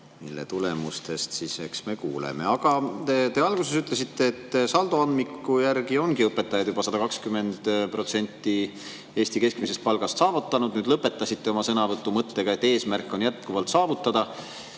mille tulemustest me siis kuuleme. Aga te alguses ütlesite, et saldoandmiku järgi ongi õpetajad juba 120% Eesti keskmisest palgast saavutanud. Nüüd lõpetasite oma sõnavõtu mõttega, et eesmärk on jätkuvalt see saavutada.